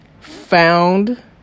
found